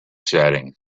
setting